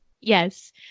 Yes